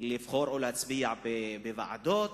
לבחור ולהצביע בוועדות,